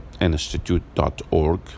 Institute.org